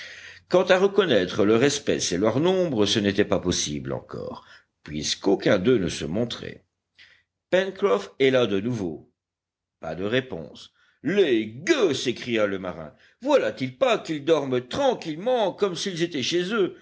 quant à reconnaître leur espèce et leur nombre ce n'était pas possible encore puisqu'aucun d'eux ne se montrait pencroff héla de nouveau pas de réponse les gueux s'écria le marin voilà-t-il pas qu'ils dorment tranquillement comme s'ils étaient chez eux